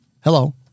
Hello